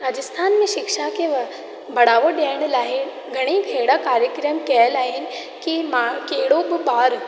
राजस्थान में शिक्षा खे व बढ़ावो ॾियण लाइ घणेई अहिड़ा कार्यक्रम कियल आहिनि की मां कहिड़ो बि ॿारु